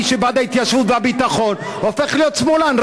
מי שבעד ההתיישבות והביטחון הופך להיות שמאלן.